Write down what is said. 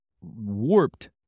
warped